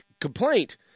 complaint